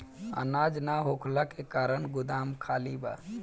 अनाज ना होखला के कारण गोदाम खाली बा